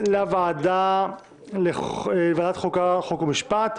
(אזור מוגבל), התש"ף-2020, מ/1330